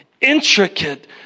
intricate